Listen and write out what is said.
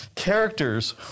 Characters